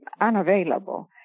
unavailable